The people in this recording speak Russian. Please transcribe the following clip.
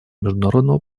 международного